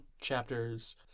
chapters